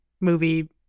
movie